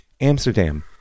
Amsterdam